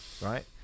right